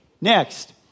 Next